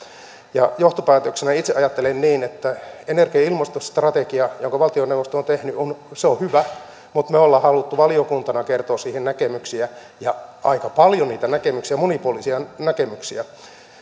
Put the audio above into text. johtopäätöksenä itse ajattelen niin että energia ja ilmastostrategia jonka valtioneuvosto on tehnyt on hyvä mutta me olemme halunneet valiokuntana kertoa siihen näkemyksiä ja aika paljon niitä monipuolisia näkemyksiä